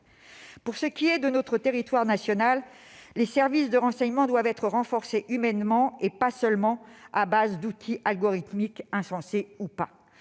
Pour ce qui est de notre territoire national, les services de renseignement doivent être renforcés humainement et pas uniquement sur la base d'outils algorithmiques insensés ou pas.